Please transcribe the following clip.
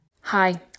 Hi